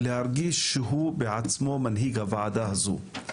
להרגיש שהוא בעצמו מנהיג הוועדה הזאת.